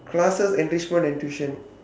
classes enrichment and tuition